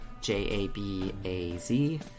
J-A-B-A-Z